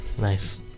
Nice